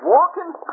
Walking